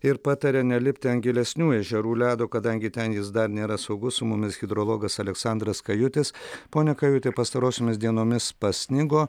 ir pataria nelipti ant gilesnių ežerų ledo kadangi ten jis dar nėra saugus su mumis hidrologas aleksandras kajutis pone kajuti pastarosiomis dienomis pasnigo